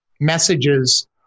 messages